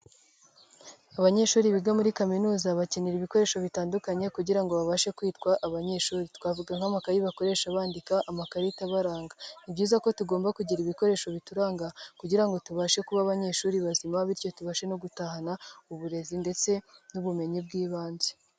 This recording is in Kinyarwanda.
Abanyeshuri biga muri Kaminuza bakenera ibikoresho bitandukanye kugira ngo babashe kwitwa abanyeshuri, twavuga nk'amakaye bakoresha bandika, amakarita abaranga; ni byiza ko tugomba kugira ibikoresho bituranga kugira ngo tubashe kuba abanyeshuri bazima, bityo tubashe no gutahana uburezi ndetse n'ubumenyi bw'ibanze.